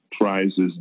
prizes